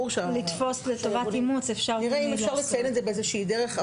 לתפוס לטובת אימוץ אפשר --- נראה אם אפשר לציין את זה באיזושהי דרך,